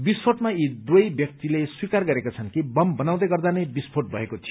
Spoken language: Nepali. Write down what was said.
विस्फोटमा यी दुवै व्यक्तिले स्वीकार गरेका छन् कि बम बनाउँदै गर्दा नै विस्फोट भएको थियो